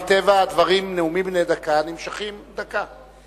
מטבע הדברים נאומים בני דקה נמשכים דקה.